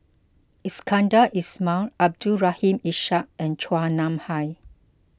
Iskandar Ismail Abdul Rahim Ishak and Chua Nam Hai